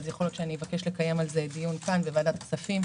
יכול להיות שאבקש לקיים על זה דיון בוועדת כספים,